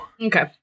okay